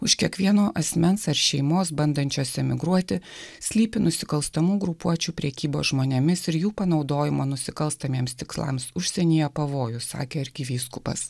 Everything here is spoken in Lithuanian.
už kiekvieno asmens ar šeimos bandančios emigruoti slypi nusikalstamų grupuočių prekybos žmonėmis ir jų panaudojimo nusikalstamiems tikslams užsienyje pavojus sakė arkivyskupas